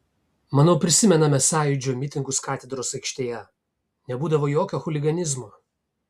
manau prisimename sąjūdžio mitingus katedros aikštėje nebūdavo jokio chuliganizmo